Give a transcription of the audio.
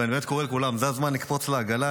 ואני באמת קורא לכולם: זה הזמן לקפוץ לעגלה,